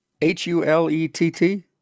h-u-l-e-t-t